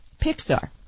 Pixar